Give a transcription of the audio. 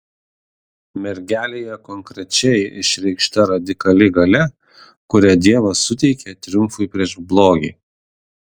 mergelėje konkrečiai išreikšta radikali galia kurią dievas suteikė triumfui prieš blogį